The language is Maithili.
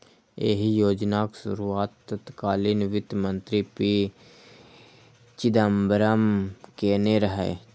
एहि योजनाक शुरुआत तत्कालीन वित्त मंत्री पी चिदंबरम केने रहै